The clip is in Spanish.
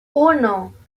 uno